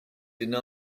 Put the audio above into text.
deny